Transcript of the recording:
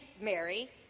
Mary